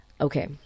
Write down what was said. Okay